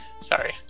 Sorry